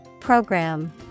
Program